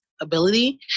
ability